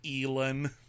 Elon